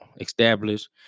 established